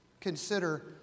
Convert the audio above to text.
consider